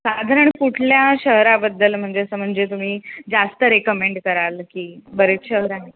साधारण कुठल्या शहराबद्दल म्हणजे असं म्हणजे तुम्ही जास्त रेकमेंड कराल की बरेच शहर आहे